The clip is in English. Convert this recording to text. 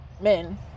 men